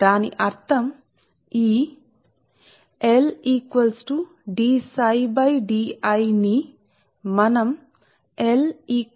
కాబట్టి magnetic circuit సరళీయంగా ఉంటే బదులుగా i మరియు ఫ్లక్స్ లింకేజీ లతో సరళం గా మారుతుంటాయి కాబట్టి ఇండక్టెన్స్ ఎల్లప్పుడూ మనకు స్థిరంగా ఉంటుంది అంటే ఇది మేము హెన్రీ సరే